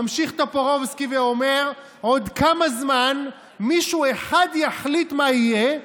ממשיך טופורובסקי ואומר: עוד כמה זמן מישהו אחד יחליט מה יהיה,